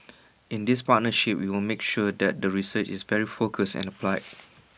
in this partnership we will make sure that the research is very focused and applied